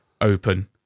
open